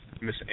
Miss